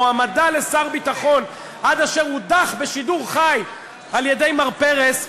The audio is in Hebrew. מועמדה לשר הביטחון עד אשר הודח בשידור חי על-ידי מר פרס,